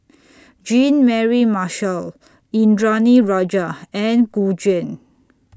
Jean Mary Marshall Indranee Rajah and Gu Juan